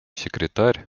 секретарь